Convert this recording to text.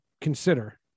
consider